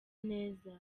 neza